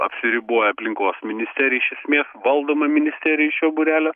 apsiriboja aplinkos ministerija iš esmės valdoma ministerija iš šio būrelio